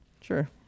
Sure